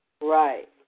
Right